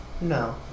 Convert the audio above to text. No